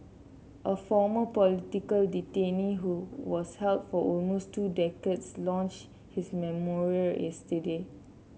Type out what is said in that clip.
a former political detainee who was held for almost two decades launched his memoir yesterday